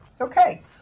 Okay